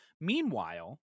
Meanwhile